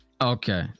okay